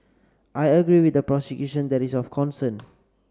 I agree with the prosecution that is of concern